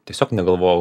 tiesiog negalvojau